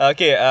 Okay